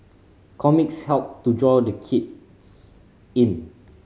comics help to draw the kids in